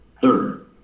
Third